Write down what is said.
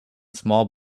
small